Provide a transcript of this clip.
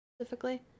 specifically